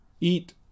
eat